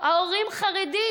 ההורים חרדים.